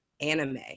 anime